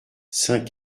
saint